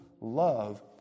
love